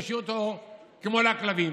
כמו לכלבים.